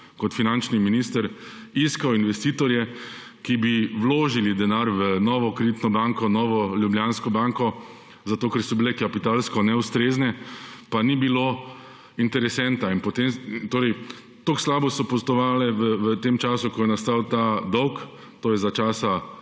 kot finančni minister iskal investitorje, ki bi vložili denar v Novo kreditno banko Maribor, v Novo Ljubljansko banko zato, ker so bile kapitalsko neustrezne, pa ni bilo interesenta. Torej tako slabo so poslovale v tem času, ko je nastal ta dolg, to je za časa